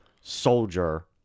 soldier